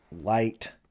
light